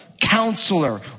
Counselor